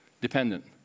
dependent